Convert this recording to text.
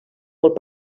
molt